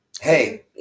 Hey